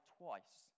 twice